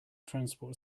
transport